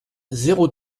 zéro